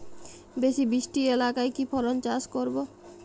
বেশি বৃষ্টি এলাকায় কি ফসল চাষ করব?